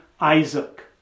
Isaac